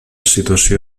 situació